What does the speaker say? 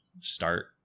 start